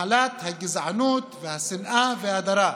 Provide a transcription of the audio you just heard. מחלת הגזענות, השנאה וההדרה,